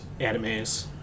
animes